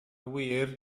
wir